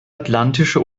atlantische